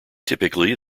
typically